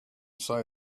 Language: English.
say